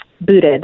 booted